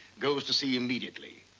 goes to sea immediately.